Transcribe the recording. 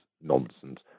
nonsense